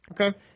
Okay